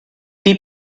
die